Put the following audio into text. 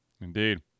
Indeed